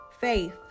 faith